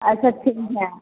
अच्छा ठीक है